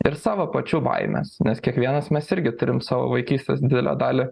ir savo pačių baimės nes kiekvienas mes irgi turim savo vaikystės didelę dalį